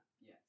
Yes